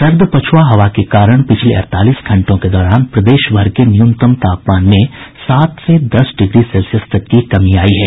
सर्द पछुआ हवा के कारण पिछले अड़तालीस घंटों के दौरान प्रदेश भर के न्यूनतम तापमान में सात से दस डिग्री सेल्सियस तक की कमी आयी है